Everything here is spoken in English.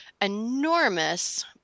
enormous